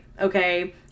Okay